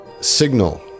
signal